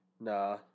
Nah